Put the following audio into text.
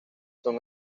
son